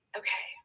okay